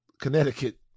Connecticut